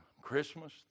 Christmas